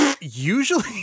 usually